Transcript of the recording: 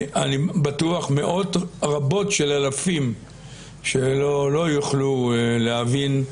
אני בטוח שמאות רבות של אלפים שלא יוכלו להבין,